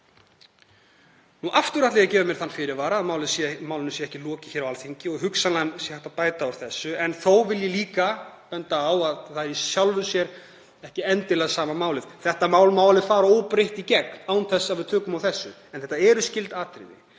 Aftur ætla ég að gefa mér þann fyrirvara að málinu sé ekki lokið á Alþingi og að hugsanlega sé hægt að bæta úr þessu. En þó vil ég líka benda á að það er í sjálfu sér ekki endilega sama málið. Þetta mál má alveg fara óbreytt í gegn án þess að við tökum á þessu. En þetta eru skyld atriði.